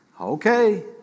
okay